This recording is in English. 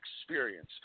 experience